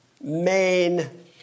main